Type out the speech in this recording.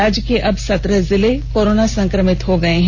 राज्य के अब सत्रह जिले कोरोना संक्रमित हो गए हैं